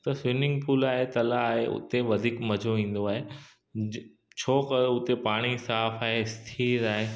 त swimming pool आहे तलाह आहे उते वधीक मज़ो ईंदो आहे ज छाकाणि हुते पाणी साफ़ु आहे स्थिर आहे